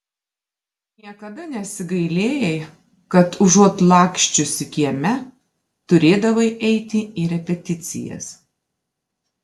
niekada nesigailėjai kad užuot laksčiusi kieme turėdavai eiti į repeticijas